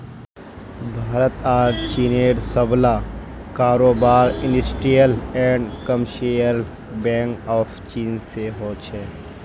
भारत आर चीनेर सबला कारोबार industrial and commercial bank of चीन स हो छेक